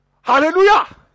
Hallelujah